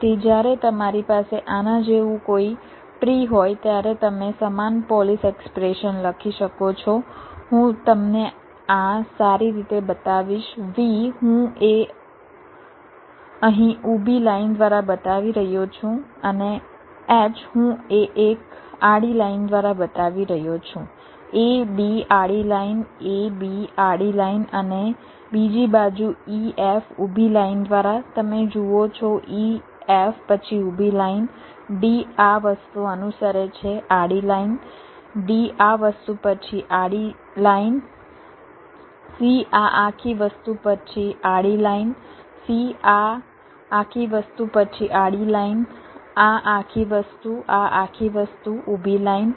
તેથી જ્યારે તમારી પાસે આના જેવું કોઈ ટ્રી હોય ત્યારે તમે સમાન પોલિશ એક્સપ્રેશન લખી શકો છો હું તમને આ સારી રીતે બતાવીશ V હું એ અહીં ઊભી લાઇન દ્વારા બતાવી રહ્યો છું અને H હું એ એક આડી લાઇન દ્વારા બતાવી રહ્યો છું a b આડી લાઇન a b આડી લાઇન અહીં બીજી બાજુ e f ઊભી લાઇન દ્વારા તમે જુઓ છો e f પછી ઊભી લાઇન d આ વસ્તુ અનુસરે છે આડી લાઇન d આ વસ્તુ પછી આડી લાઇન c આ આખી વસ્તુ પછી આડી લાઇન c આ આખી વસ્તુ પછી આડી લાઇન આ આખી વસ્તુ આ આખી વસ્તુ ઊભી લાઇન